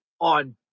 on